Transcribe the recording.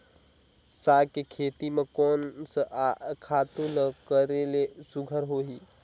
साग के खेती म कोन स खातु ल करेले सुघ्घर होही?